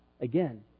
again